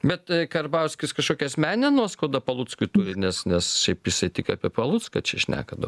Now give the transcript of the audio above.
bet karbauskis kažkokią asmeninę nuoskaudą paluckui turi nes nes jisai tik apie palucką čia šneka daug